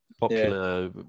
popular